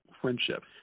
friendship